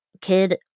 kid